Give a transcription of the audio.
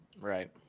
Right